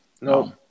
no